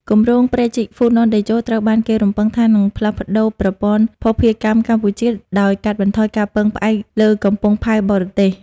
គម្រោងព្រែកជីកហ្វូណនតេជោ ត្រូវបានគេរំពឹងថានឹងផ្លាស់ប្តូរប្រព័ន្ធភស្តុភារកម្មកម្ពុជា ដោយកាត់បន្ថយការពឹងផ្អែកលើកំពង់ផែបរទេស។